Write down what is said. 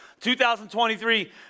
2023